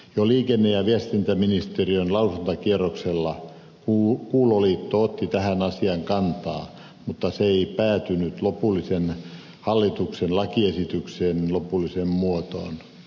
jo liikenne ja viestintäministeriön lausuntakierroksella kuuloliitto otti tähän asiaan kantaa mutta se ei päätynyt hallituksen lakiesityksen lopulliseen muotoon